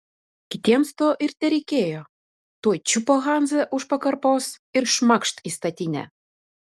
kitiems to ir tereikėjo tuoj čiupo hansą už pakarpos ir šmakšt į statinę